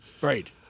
Right